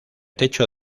techo